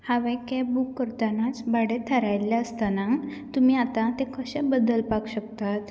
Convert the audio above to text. हावें कॅब करतनाच भाडें थारायल्लें आसतनाच तुमी आतां तें खुबशें बदलपाक शकतात